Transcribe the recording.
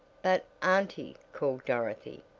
but, auntie, called dorothy,